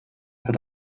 hat